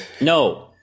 No